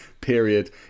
period